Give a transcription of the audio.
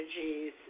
energies